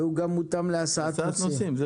הוא גם מותאם להסעת נוסעים.